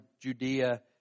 Judea